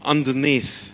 underneath